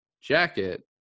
jacket